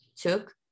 took